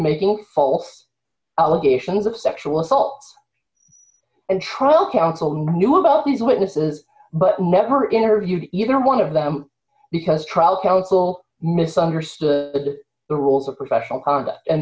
making false allegations of sexual assault and how counsel who knew about these witnesses but never interviewed either one of them because trial counsel misunderstood the rules of professional conduct and